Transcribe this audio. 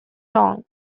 wrong